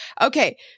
okay